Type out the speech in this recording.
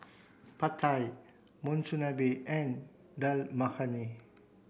Pad Thai Monsunabe and Dal Makhani